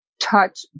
touch